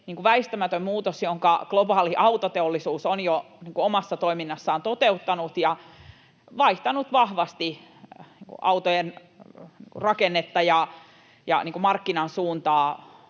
väistämättömään muutokseen, jonka globaali autoteollisuus on jo omassa toiminnassaan toteuttanut ja vaihtanut vahvasti autojen rakennetta ja markkinan suuntaa